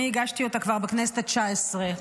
אני הגשתי אותה כבר בכנסת התשע-עשרה.